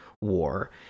war